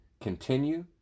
continue